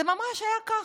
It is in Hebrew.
זה ממש היה ככה.